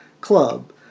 club